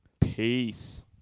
Peace